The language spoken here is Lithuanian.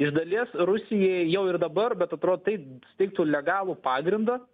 iš dalies rusijai jau ir dabar bet atrodo tai suteiktų legalų pagrindą